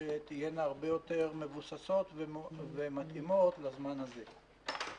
שתהיינה הרבה יותר מבוססות ומתאימות לזמן הזה.